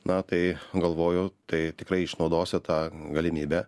na tai galvojau tai tikrai išnaudosiu tą galimybę